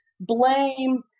blame